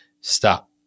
stop